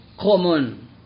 Common